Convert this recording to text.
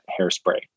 hairspray